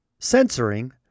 censoring